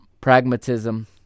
pragmatism